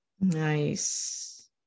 Nice